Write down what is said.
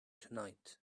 tonight